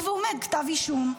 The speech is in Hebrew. כתב אישום.